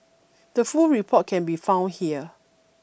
the full report can be found here